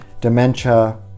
dementia